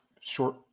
short